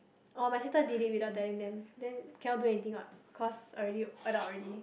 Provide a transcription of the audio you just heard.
my sister did it without telling them then cannot do anything what cause already adult already